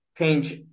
change